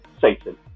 Satan